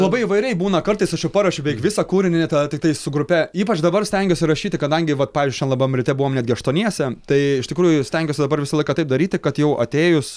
labai įvairiai būna kartais aš jau paruošiu beveik visą kūrinį tą tiktai su grupe ypač dabar stengiuosi rašyti kadangi vat pavyzdžiui šian labam ryte buvome netgi aštuoniese tai iš tikrųjų stengiuosi dabar visą laiką taip daryti kad jau atėjus